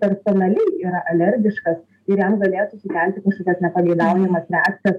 personaliai yra alergiškas ir jam galėtų sukelti kažkokias nepageidaujamas reakcijas